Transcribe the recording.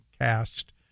cast